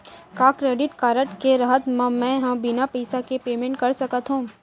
का credit card के रहत म, मैं ह बिना पइसा के पेमेंट कर सकत हो?